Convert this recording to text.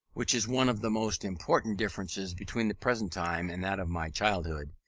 which is one of the most important differences between the present time and that of my childhood,